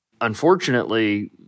Unfortunately